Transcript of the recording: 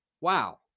Wow